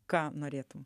ką norėtum